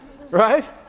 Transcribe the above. Right